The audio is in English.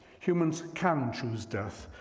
humans can choose death,